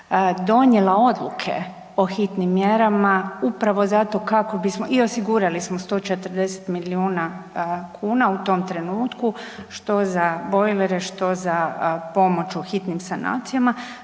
donijela odluke o hitnim mjerama upravo zato kako bismo i osigurali smo 140 milijuna kuna u tom trenutku, što za bojlere, što za pomoć u hitnim sanacijama,